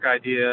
idea